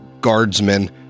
guardsmen